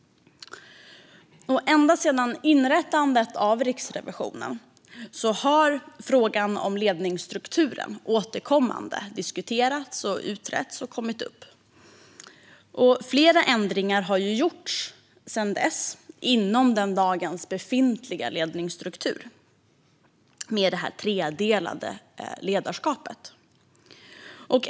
Ända sedan inrättandet av Riksrevisionen har frågan om ledningsstrukturen återkommande kommit upp för diskussion och utredning. Flera ändringar har gjorts sedan dess inom den befintliga ledningsstrukturen med det tredelade ledarskapet.